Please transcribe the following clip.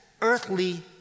earthly